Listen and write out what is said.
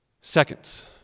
Seconds